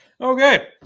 okay